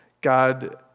God